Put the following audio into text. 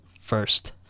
first